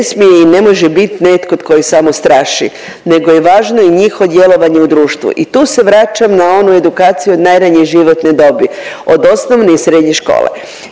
ne smije i ne može bit netko tko ih samo straši, nego je važno i njihovo djelovanje u društvu i tu se vraćam na onu edukaciju od najranije životne dobi. Od osnovne i srednje škole